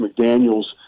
McDaniel's